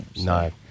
No